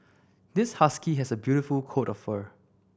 this husky has a beautiful coat of fur